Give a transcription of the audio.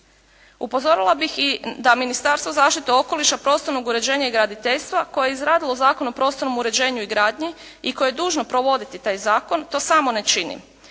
Upozorila bih i da Ministarstvo zaštite okoliša, prostornog uređenja i graditeljstva koje je izradilo Zakon o prostornom uređenju i gradnji i koje je dužno provoditi taj zakon to samo ne čini.